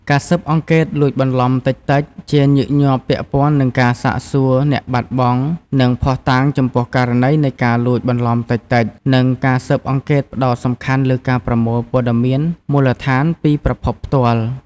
ការស៊ើបអង្កេតលួចបន្លំតិចៗ ជាញឹកញាប់ពាក់ព័ន្ធនឹងការសាកសួរអ្នកបាត់បង់ និងភស្តុតាងចំពោះករណីនៃការលួចបន្លំតិចៗ និងការស៊ើបអង្កេតផ្តោតសំខាន់លើការប្រមូលព័ត៌មានមូលដ្ឋានពីប្រភពផ្ទាល់។